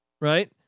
right